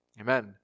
amen